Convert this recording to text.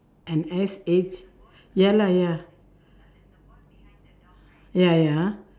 and S H ya lah ya ya ya